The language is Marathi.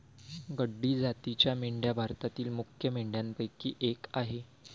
गड्डी जातीच्या मेंढ्या भारतातील मुख्य मेंढ्यांपैकी एक आह